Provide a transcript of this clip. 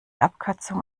abkürzung